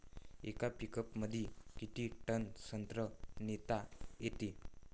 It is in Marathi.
येका पिकअपमंदी किती टन संत्रा नेता येते?